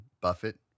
Buffett